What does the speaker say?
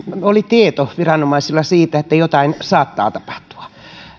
oli tieto viranomaisilla siitä että jotain saattaa tapahtua